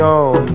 on